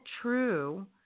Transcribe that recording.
true